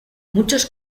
muchos